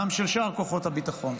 גם של שאר כוחות הביטחון,